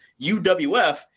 UWF